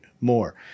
more